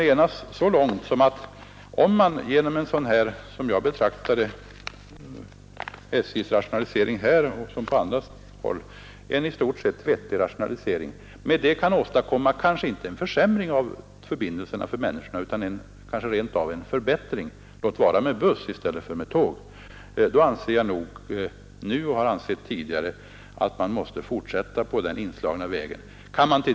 Om man genom en i stort sett vettig rationalisering kan åstadkomma inte en försämring utan kanske rent av en förbättring av förbindelserna — låt vara att man sätter in buss i stället för tåg — anser jag nu och har ansett tidigare att man måste fortsätta på den inslagna vägen.